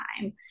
time